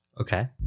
Okay